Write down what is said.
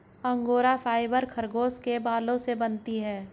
angora fibre खरगोश के बालों से बनती है